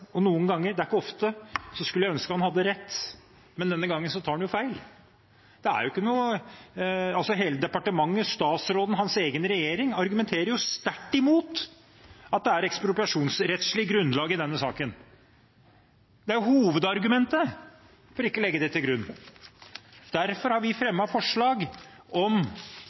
interesse. Noen ganger – det er ikke ofte – skulle jeg ønske han hadde rett, men denne gangen tar han feil. Hele departementet, statsråden, hans egen regjering argumenterer sterkt imot at det er ekspropriasjonsrettslig grunnlag i denne saken. Det er jo hovedargumentet for ikke å legge det til grunn. Derfor har vi fremmet forslag om